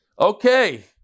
Okay